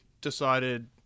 decided